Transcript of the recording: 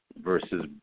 versus